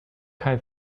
had